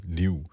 liv